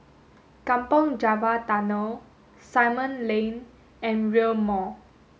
Kampong Java Tunnel Simon Lane and Rail Mall